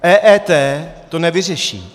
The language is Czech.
EET to nevyřeší.